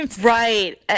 Right